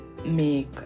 make